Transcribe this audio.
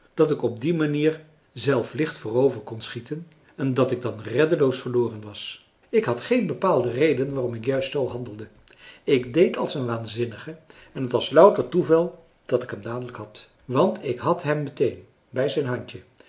dat ik op die manier zelf licht voorover kon schieten en dat ik dan reddeloos verloren was ik had geen bepaalde reden waarom ik juist zoo handelde ik deed als een waanzinnige en het was louter toeval dat ik hem dadelijk had want ik had hem meteen bij zijn handje